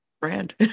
brand